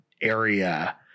area